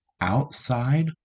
outside